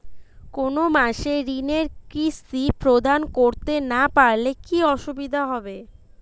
কোনো মাসে ঋণের কিস্তি প্রদান করতে না পারলে কি অসুবিধা হবে?